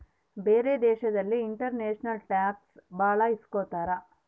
ಬೇರೆ ದೇಶದಲ್ಲಿ international tax ಭಾಳ ಇಸ್ಕೊತಾರ